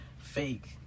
fake